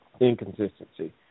inconsistency